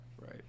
Right